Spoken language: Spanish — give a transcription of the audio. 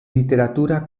literatura